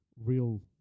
real